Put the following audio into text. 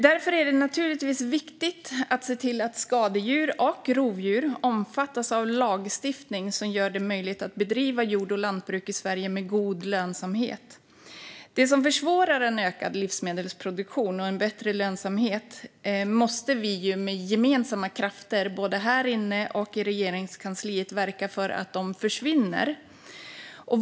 Därför är det naturligtvis viktigt att se till att skadedjur och rovdjur omfattas av lagstiftning som gör det möjligt att bedriva jord och lantbruk i Sverige med god lönsamhet. Det som försvårar en ökad livsmedelsproduktion och en bättre lönsamhet måste vi med gemensamma krafter, både här inne och i Regeringskansliet, verka för att det försvinner.